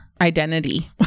identity